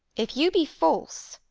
if you be false,